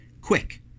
Quick